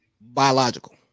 Biological